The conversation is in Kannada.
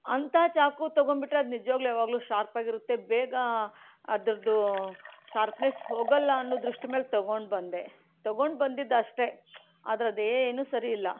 ಅಂತ ಚಾಕು ತಗೋಂಡ್ಬಿಟ್ರೆ ಅದು ನಿಜವಾಗ್ಲೂ ಯಾವಾಗ್ಲೂ ಶಾರ್ಪ್ ಆಗಿರುತ್ತೆ ಬೇಗ ಅದರದ್ದು ಶಾರ್ಪ್ನೆಸ್ ಹೋಗಲ್ಲ ಅನ್ನೋ ದೃಷ್ಟಿ ಮೇಲೆ ತಗೊಂಡು ಬಂದೆ ತಗೊಂಡು ಬಂದಿದ್ದು ಅಷ್ಟೇ ಅದರದ್ದೇನೂ ಸರಿಯಿಲ್ಲ